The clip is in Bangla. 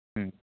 হুম